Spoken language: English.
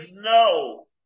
no